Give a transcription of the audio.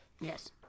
yes